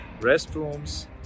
restrooms